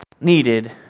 needed